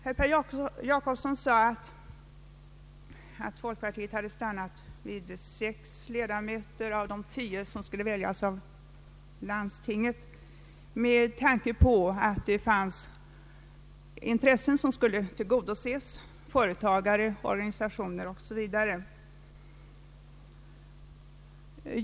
Herr Per Jacobsson sade att folkpartiet hade stannat för förslaget att sex ledamöter av tio skulle väljas av lands tinget med tanke på att vissa intressen, från företagare och organisationer, måste tillgodoses.